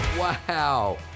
Wow